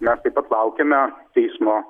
mes taip pat laukiame teismo